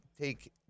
take